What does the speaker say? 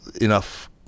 enough